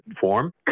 form